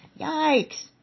Yikes